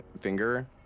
Finger